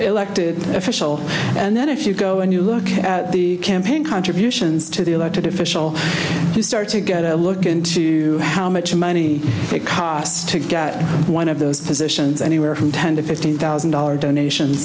elected official and then if you go and you look at the campaign contributions to the elected officials you start to get a look into how much money it costs to get one of those positions anywhere from ten to fifteen thousand dollar donations